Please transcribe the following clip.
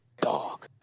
Dog